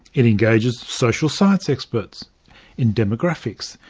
it engages social science experts in demographics,